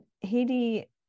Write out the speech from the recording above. Haiti